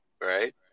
right